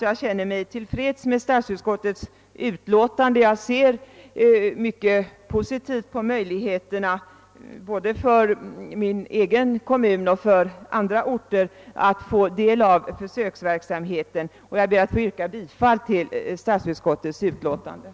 Jag är tillfredsställd med statsutskottets utlåtande och ser mycket positivt på möjligheterna både för min hemkommun och för andra orter när det gäller att få del av försöksverksamheten. Herr talman! Jag ber att få yrka bifall till statsutskottets hemställan.